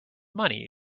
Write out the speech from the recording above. money